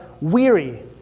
weary